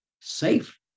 safe